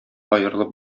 аерылып